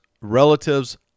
relatives